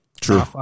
True